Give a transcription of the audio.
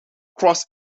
cross